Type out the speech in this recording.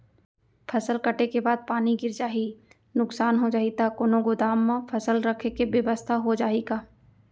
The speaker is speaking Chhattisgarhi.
फसल कटे के बाद पानी गिर जाही, नुकसान हो जाही त कोनो गोदाम म फसल रखे के बेवस्था हो जाही का?